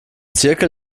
zirkel